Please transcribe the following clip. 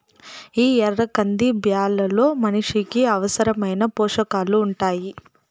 ఈ ఎర్ర కంది బ్యాళ్ళలో మనిషికి అవసరమైన పోషకాలు ఉంటాయి